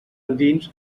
endins